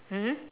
mmhmm